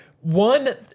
one